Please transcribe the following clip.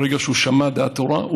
ברגע שהוא שמע דעת תורה,